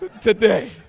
today